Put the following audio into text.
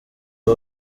blu